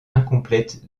incomplète